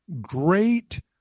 Great